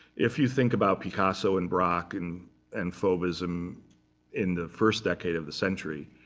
if you think about picasso and braque and and fauvism in the first decade of the century,